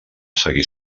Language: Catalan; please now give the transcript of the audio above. seguir